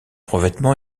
revêtement